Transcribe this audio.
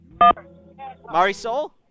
Marisol